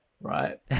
right